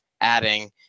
adding